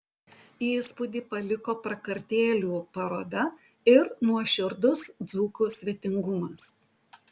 įspūdį paliko prakartėlių paroda ir nuoširdus dzūkų svetingumas